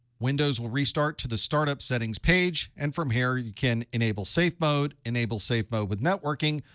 windows will restart to the startup settings page. and from here, you can enable safe mode, enable safe mode with networking,